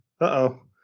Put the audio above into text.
Uh-oh